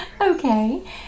Okay